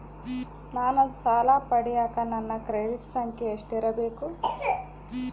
ನಾನು ಸಾಲ ಪಡಿಯಕ ನನ್ನ ಕ್ರೆಡಿಟ್ ಸಂಖ್ಯೆ ಎಷ್ಟಿರಬೇಕು?